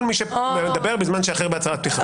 כל מי שמדבר בזמן שאחר בהצהרת פתיחה.